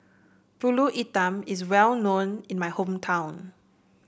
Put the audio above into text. pulut hitam is well known in my hometown